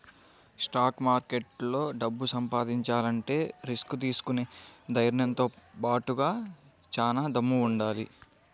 stock మార్కెట్లో డబ్బు సంపాదించాలంటే రిస్క్ తీసుకునే ధైర్నంతో బాటుగా చానా దమ్ముండాలి